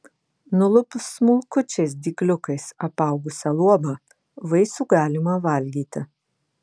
nulupus smulkučiais dygliukais apaugusią luobą vaisių galima valgyti